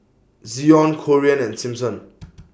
Zion Corean and Simpson